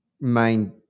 main